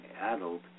adult